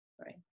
Right